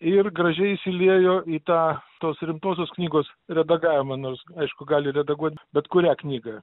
ir gražiai įsiliejo į tą tos rimtosios knygos redagavimą nors aišku gali redaguot bet kurią knygą